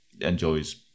enjoys